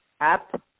app